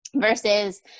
Versus